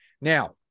Now